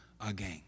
again